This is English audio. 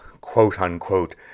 quote-unquote